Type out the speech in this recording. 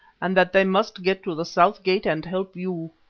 and that they must get to the south gate and help you,